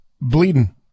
bleeding